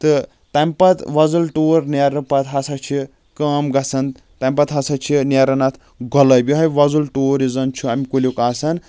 تہٕ تمہِ پتہٕ وۄزُل ٹوٗر نیرنہٕ پَتہٕ ہسا چھِ کٲم گژھان تَمہِ پَتہٕ ہسا چھِ نیران اَتھ گۄلٲبۍ یِہوے وۄزُل ٹوٗر یُس زَن چھُ اَمہِ کُلیُک آسان